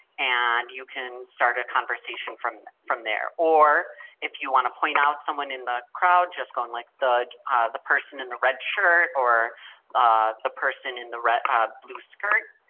and you can start a conversation from from there. or if you want to point out someone in the crowd, just going like the the person in the red shirt or ah the person in the ah blue skirt,